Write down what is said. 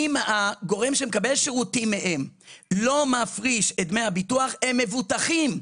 אם הגורם שמקבל שירותים מהם לא מפריש את דמי הביטוח הם מבוטחים.